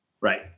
Right